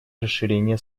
расширения